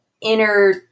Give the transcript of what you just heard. inner